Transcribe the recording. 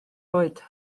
oed